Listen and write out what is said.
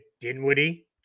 Dinwiddie